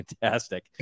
fantastic